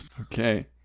Okay